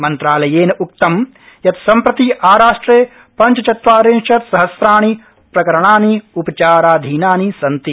मन्त्रालयेन उक्तं यत् सम्प्रति आराष्ट्रे पंचचत्वारिंशत् सहस्राणि प्रकरणानि उपचाराधीनानि सन्ति